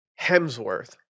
Hemsworth